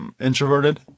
introverted